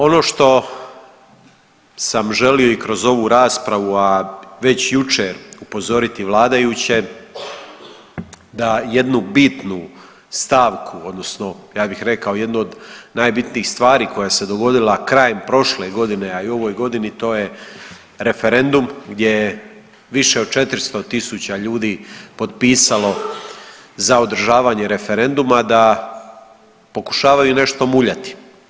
Ono što sam želio i kroz ovu raspravu, a već jučer upozoriti vladajuće da jednu bitnu stavku odnosno ja bih rekao jednu od najbitnijih stvari koja se dogodila krajem prošle godine, a i u ovoj godini to je referendum gdje je više od 400.000 ljudi potpisalo za održavanje referenduma da pokušavaju nešto muljati.